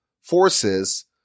forces